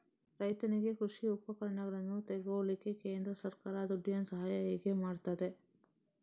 ರೈತನಿಗೆ ಕೃಷಿ ಉಪಕರಣಗಳನ್ನು ತೆಗೊಳ್ಳಿಕ್ಕೆ ಕೇಂದ್ರ ಸರ್ಕಾರ ದುಡ್ಡಿನ ಸಹಾಯ ಹೇಗೆ ಮಾಡ್ತದೆ?